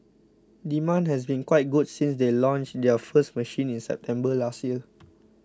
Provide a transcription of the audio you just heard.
demand has been quite good since they launched their first machine in September last year